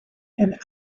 and